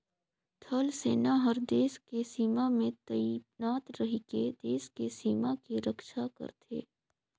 थल सेना हर देस के सीमा में तइनात रहिके देस के सीमा के रक्छा करथे